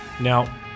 now